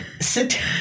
Sit